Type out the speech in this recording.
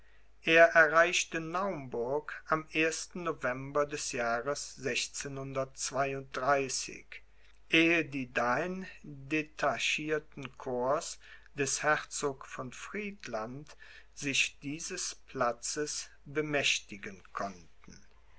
er erreichte naumburg am ersten november des jahres ehe die dahin detachierten corps des herzogs von friedland sich dieses platzes bemächtigen konnten